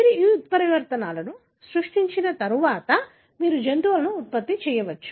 మీరు ఆ ఉత్పరివర్తనాలను సృష్టించిన తర్వాత మీరు జంతువులను ఉత్పత్తి చేయవచ్చు